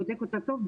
בודק אותה טוב,